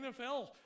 NFL